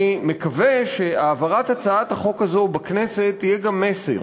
אני מקווה שהעברת הצעת החוק הזאת בכנסת תהיה גם מסר